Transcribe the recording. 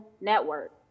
network